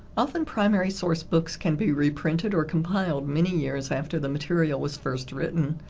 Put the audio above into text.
often primary source books can be reprinted or compiled many years after the material was first written,